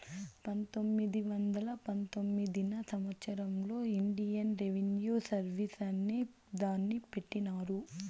పంతొమ్మిది వందల పంతొమ్మిదివ సంవచ్చరంలో ఇండియన్ రెవిన్యూ సర్వీస్ అనే దాన్ని పెట్టినారు